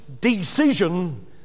decision